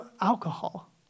alcohol